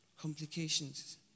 complications